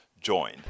join